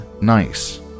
nice